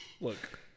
look